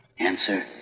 answer